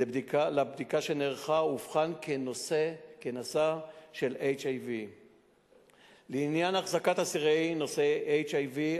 בבדיקה שנערכה הוא אובחן כנשא של HIV. לעניין החזקת אסירים נשאי HIV,